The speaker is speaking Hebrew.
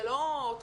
זה לא אוטומטי.